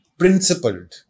principled